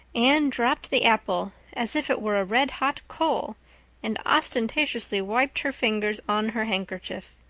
anne dropped the apple as if it were a red-hot coal and ostentatiously wiped her fingers on her handkerchief.